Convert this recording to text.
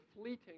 fleeting